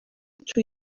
توی